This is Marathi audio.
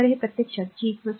तर हे प्रत्यक्षात जी 0